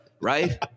right